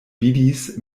vidis